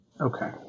okay